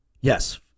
Yes